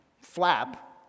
flap